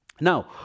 Now